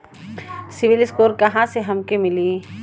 CIBIL score कहाँसे हमके मिली?